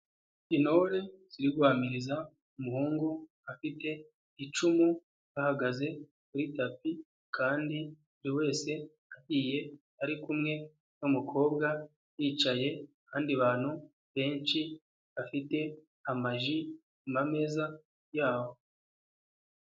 Intore ziriguhamiriza, umuhungu afite icumu, bagaze kuri tapi kandi buri wese agiye ari kumwe n'umukobwa, bicaye kandi abantu benshi bafite amaji ku meza yaboho.